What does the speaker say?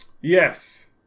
Yes